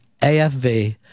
AFV